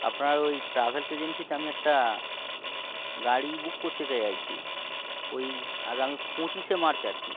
আপনার ওই ট্রাভেলস এজেন্সিতে আমি একটা গাড়ি বুক করতে চাই আর কি ওই আগামী পঁচিশে মার্চ আর কি